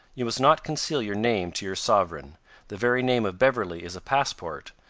you must not conceal your name to your sovereign the very name of beverley is a passport,